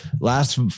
last